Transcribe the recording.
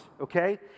okay